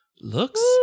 looks